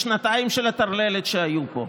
בשנתיים של הטרללת שהיו פה,